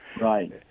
Right